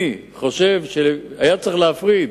אני חושב שהיה צריך להפריד